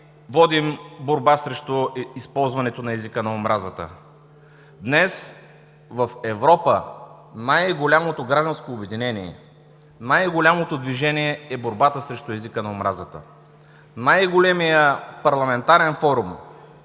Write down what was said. водим борба срещу използването на езика на омразата. Днес в Европа най-голямото гражданско обединение, най-голямото движение е борбата срещу езика на омразата. Най-големият парламентарен форум